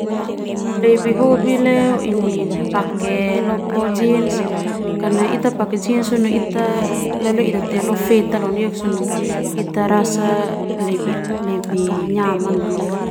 Au lebih hobi leo ini pake lopo jeans karna ita pake jeans ita rasa lebih nyaman.